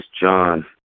John